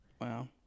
Wow